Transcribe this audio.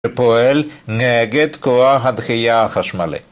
ופועל נהג כוח הדחייה החשמלי.